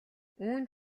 үүнд